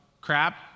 crap